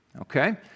Okay